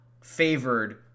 favored